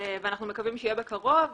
אנחנו מקווים שיוגש נוסח של נוהל בקרוב.